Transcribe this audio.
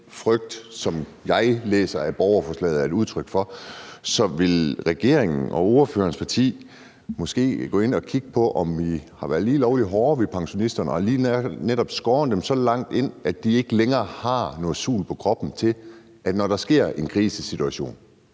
som jeg læser borgerforslaget er et udtryk for. Så vil regeringen og ordførerens parti måske gå ind og kigge på, om vi har været lige lovlig hårde ved pensionisterne og lige netop skåret deres ydelser så langt ind til benet, at de ikke længere har noget sul på kroppen til, når der sker en krisesituation?